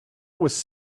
was